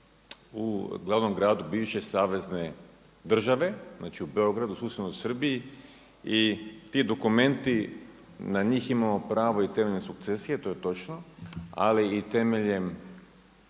u glavnom gradu bivše savezne države, znači u Beogradu, susjednoj Srbiji i ti dokumenti, na njih imamo pravo i temeljem sukcesije, to je točno ali i temeljem